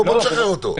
בואו נשחרר אותו.